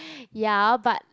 ya but